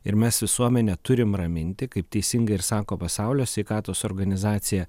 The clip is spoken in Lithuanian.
ir mes visuomenę turim raminti kaip teisingai ir sako pasaulio sveikatos organizacija